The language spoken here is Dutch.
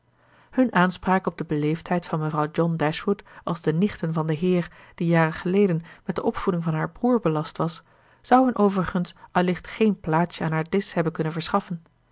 hun aanspraak op de beleefdheid van mevrouw john dashwood als de nichten van den heer die jaren geleden met de opvoeding van haar broer belast was zou hun overigens allicht geen plaatsje aan haar disch hebben kunnen verschaffen